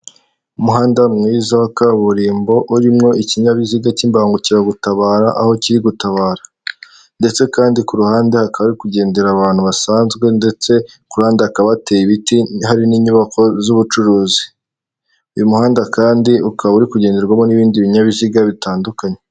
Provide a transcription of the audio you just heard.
Umuhanda mwiza wa kaburimbo urimo ikinyabiziga cy'imbangukiragutabara, aho kiri gutabara, ndetse kandi ku ruhande hakaba hari kugendera abantu basanzwe, ndetse kuran akabateye ibiti ntihari n'inyubako z'ubucuruzi uyu muhanda kandi ukaba uri kugenderwamo n'ibindi binyabiziga bitandukanye.